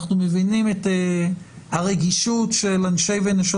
אנחנו מבינים את הרגישות של אנשי ונשות